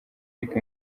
lick